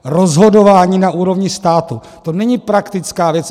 Rozhodování na úrovni státu, to není praktická věc.